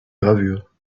gravure